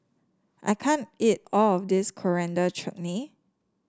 I can't eat all of this Coriander Chutney